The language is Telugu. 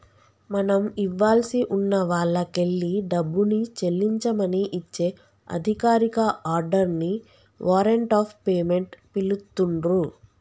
మనం ఇవ్వాల్సి ఉన్న వాల్లకెల్లి డబ్బుని చెల్లించమని ఇచ్చే అధికారిక ఆర్డర్ ని వారెంట్ ఆఫ్ పేమెంట్ పిలుత్తున్రు